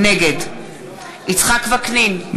נגד יצחק וקנין,